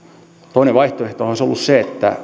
toinen vaihtoehto olisi ollut se että